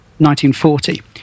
1940